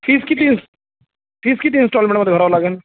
fees किती fees किती इनस्टॉलमेंटमध्ये भरावं लागेल